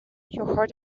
heart